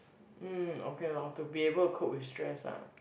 mm okay lor to be able to cope with stress ah